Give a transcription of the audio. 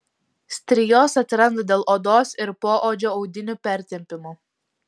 strijos atsiranda dėl odos ir poodžio audinių pertempimo